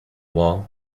wall